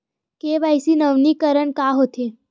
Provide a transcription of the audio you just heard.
KYC नवीनीकरण का होथे?